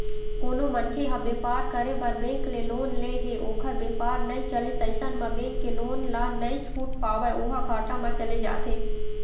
कोनो मनखे ह बेपार करे बर बेंक ले लोन ले हे ओखर बेपार नइ चलिस अइसन म बेंक के लोन ल नइ छूट पावय ओहा घाटा म चले जाथे